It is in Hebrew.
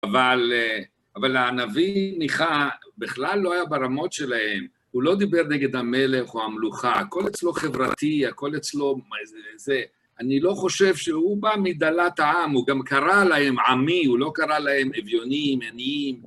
אבל הנביא מיכה בכלל לא היה ברמות שלהם, הוא לא דיבר נגד המלך או המלוכה, הכל אצלו חברתי, הכל אצלו זה. אני לא חושב שהוא בא מדלת העם, הוא גם קרא להם עמי, הוא לא קרא להם אביוניים, עניים.